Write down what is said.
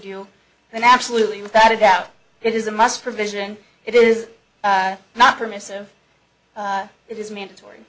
then absolutely without a doubt it is a must provision it is not permissive it is mandatory